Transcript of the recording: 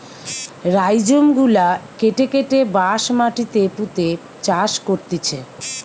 rhizome গুলা কেটে কেটে বাঁশ মাটিতে পুঁতে চাষ করতিছে